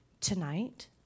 Tonight